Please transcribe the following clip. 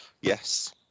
Yes